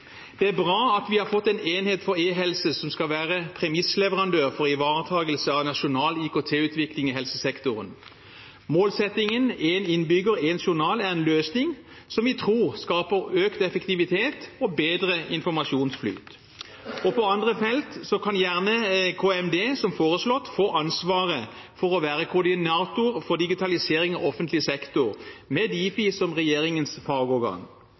Det er bra at vi har fått en enhet på e-helse som skal være premissleverandør for ivaretakelse av nasjonal IKT-utvikling i helsesektoren. Målsettingen én innbygger – én journal er en løsning som vi tror skaper økt effektivitet og bedre informasjonsflyt. På andre felt kan gjerne KMD, som foreslått, få ansvaret for å være koordinator for digitalisering av offentlig sektor, med Difi som regjeringens